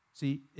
See